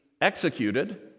executed